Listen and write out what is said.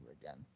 again